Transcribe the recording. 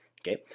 okay